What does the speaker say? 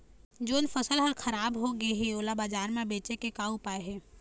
जोन फसल हर खराब हो गे हे, ओला बाजार म बेचे के का ऊपाय हे?